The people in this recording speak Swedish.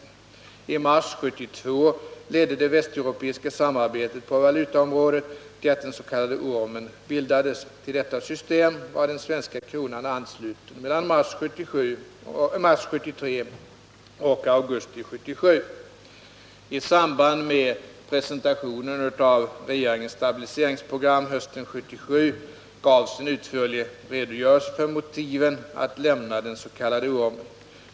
I mars 1972 ledde det västeuropeiska samarbetet på valutaområdet till att den s.k. ormen bildades. Till detta system var den svenska kronan ansluten mellan mars 1973 och augusti 1977. I samband med presentationen av regeringens stabiliseringsprogram hösten 1977, gavs en utförlig redogörelse för motiven att lämna den s.k. ormen.